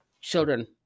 Children